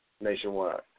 nationwide